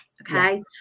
Okay